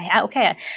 Okay